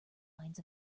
lines